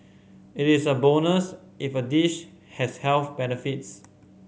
it is a bonus if a dish has health benefits